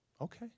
Okay